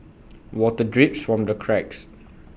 water drips from the cracks